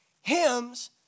hymns